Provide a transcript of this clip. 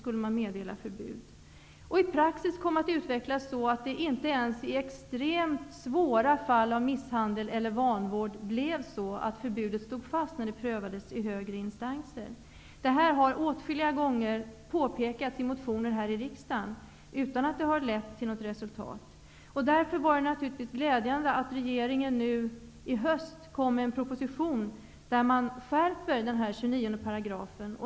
Praxis kom att utvecklas på ett sådant sätt att förbud inte ens vid extremt svåra fall av misshandel eller vanvård stod fast när de prövades i högre instanser. Detta har åtskilliga gånger påpekats i motioner här i riksdagen utan att det har lett till något resultat. Det var därför glädjande att regeringen nu i höst kom med en proposition där den 29 § skärps.